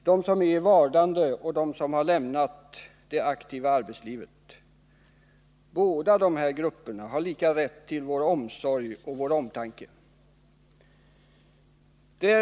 De som är i vardande och de som lämnat det aktiva arbetslivet har lika rätt till vår omsorg och vår omtanke.